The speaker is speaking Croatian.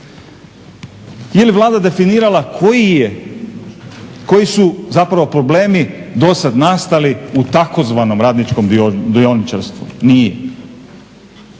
Je li Vlada definirala koji je, koji su zapravo problemi dosad nastali u tzv. radničkom dioničarstvu? Nije.